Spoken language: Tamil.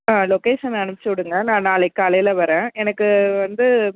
ஆ லொக்கேஷன் அனுப்ச்சிவிடுங்க நான் நாளைக்கு காலையில் வர்றேன் எனக்கு வந்து